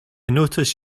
notice